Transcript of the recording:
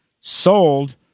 sold